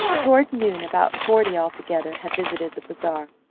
toward noon about forty altogether had visited the bazaar.